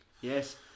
Yes